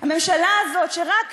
הממשלה הזאת, ורק